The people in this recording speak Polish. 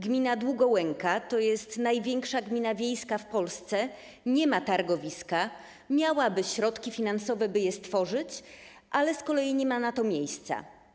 Gmina Długołęka, to jest największa gmina wiejska w Polsce, nie ma targowiska, bo choć miałaby środki finansowe by je stworzyć, a nie ma na to miejsca.